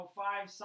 five